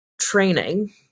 training